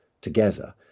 together